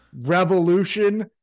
Revolution